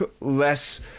less